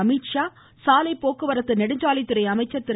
அமீத்ஷா சாலை போக்குவரத்து நெடுஞ்சாலைத்துறை அமைச்சர் திரு